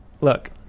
look